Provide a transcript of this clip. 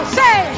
say